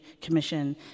commission